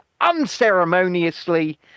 unceremoniously